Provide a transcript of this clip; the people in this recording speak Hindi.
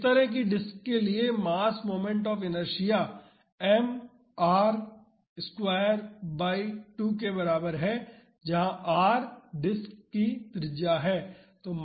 तो इस तरह की डिस्क के लिए mass moment of inertia m R वर्ग बाई 2 के बराबर है जहां R डिस्क की त्रिज्या है